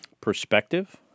perspective